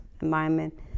environment